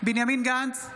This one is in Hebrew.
בנימין גנץ,